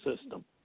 system